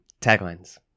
taglines